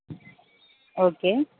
okay